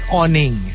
awning